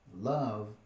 Love